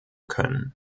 können